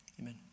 Amen